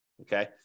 Okay